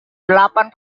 delapan